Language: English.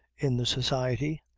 in the society,